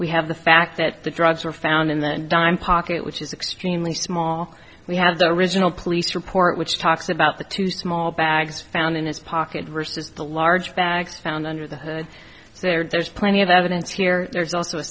we have the fact that the drugs were found in that dime pocket which is extremely small we have the original police report which talks about the two small bags found in his pocket versus the large bags found under the hood so there's plenty of evidence here there's also a